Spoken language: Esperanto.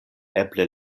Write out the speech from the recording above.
eble